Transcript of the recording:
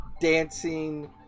dancing